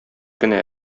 кенә